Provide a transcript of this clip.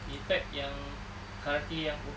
in fact yang karate yang